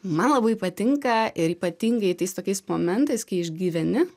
man labai patinka ir ypatingai tais tokiais momentais kai išgyveni